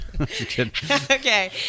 Okay